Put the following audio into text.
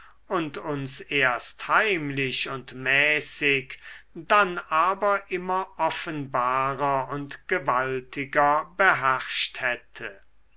und uns erst heimlich und mäßig dann aber immer offenbarer und gewaltiger beherrscht hätte